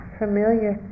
familiar